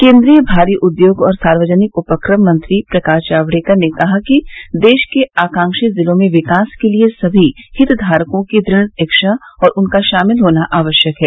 केन्द्रीय भारी उद्योग और सार्वजनिक उपक्रम मंत्री प्रकाश जावडेकर ने कहा है कि देश के आकांक्षी जिलों में विकास के लिए सभी हितधारकों की दृढ़ इच्छा और उनका शामिल होना आवश्यक है